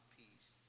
peace